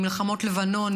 ממלחמות לבנון,